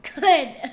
Good